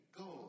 go